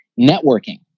networking